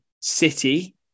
city